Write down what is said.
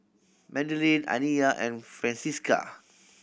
Madelene Aniyah and Francisca